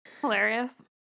Hilarious